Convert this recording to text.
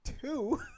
Two